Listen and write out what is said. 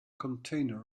container